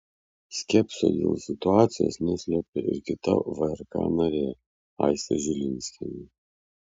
skepsio dėl situacijos neslėpė ir kita vrk narė aistė žilinskienė